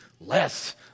less